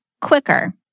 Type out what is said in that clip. quicker